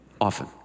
often